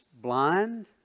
blind